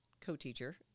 co-teacher